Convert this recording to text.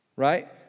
Right